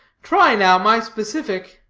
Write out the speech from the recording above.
try, now, my specific,